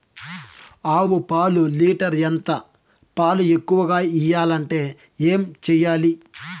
ఆవు పాలు లీటర్ ఎంత? పాలు ఎక్కువగా ఇయ్యాలంటే ఏం చేయాలి?